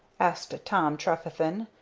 asked tom trefethen,